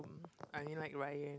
I like Ryan